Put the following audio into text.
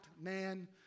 man